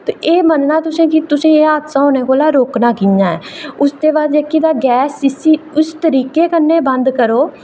ते एह् मन्नना तुसें कि एह् हादसा होने कोला तुसें बचना कि'यां ते उसदे बाद गैस जेह्की उसी इस तरीकै कन्नै बंद करो